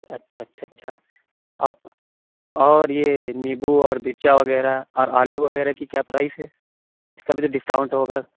اچھا اچھا اچھا اور اور یہ نیمبو اور مرچا وغیرہ اور آلو وغیرہ کی کیا پرائز ہے اِس کا بھی تو ڈسکاونٹ ہوگا